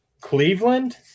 Cleveland